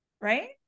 right